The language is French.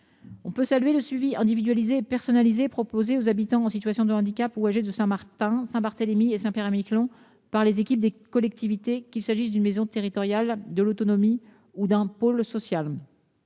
On peut saluer le suivi individualisé et personnalisé proposé aux habitants âgés ou en situation de handicap de Saint-Martin, Saint-Barthélemy et Saint-Pierre-et-Miquelon par les équipes des collectivités, qu'il s'agisse d'une maison territoriale de l'autonomie ou d'un pôle social.